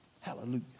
Hallelujah